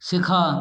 শেখা